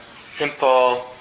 simple